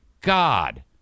god